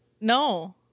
No